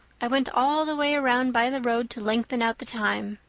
i went all the way around by the road to lengthen out the time.